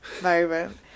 moment